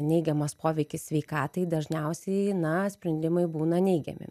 neigiamas poveikis sveikatai dažniausiai na sprendimai būna neigiami